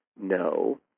no